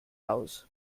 aus